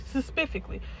Specifically